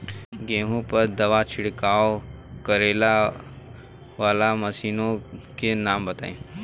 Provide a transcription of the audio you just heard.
गेहूँ पर दवा छिड़काव करेवाला मशीनों के नाम बताई?